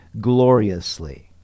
gloriously